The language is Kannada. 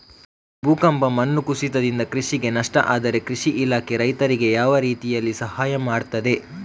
ಭೂಕಂಪ, ಮಣ್ಣು ಕುಸಿತದಿಂದ ಕೃಷಿಗೆ ನಷ್ಟ ಆದ್ರೆ ಕೃಷಿ ಇಲಾಖೆ ರೈತರಿಗೆ ಯಾವ ರೀತಿಯಲ್ಲಿ ಸಹಾಯ ಮಾಡ್ತದೆ?